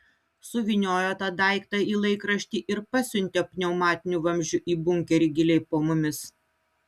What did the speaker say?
suvyniojo tą daiktą į laikraštį ir pasiuntė pneumatiniu vamzdžiu į bunkerį giliai po mumis